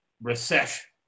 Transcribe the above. recession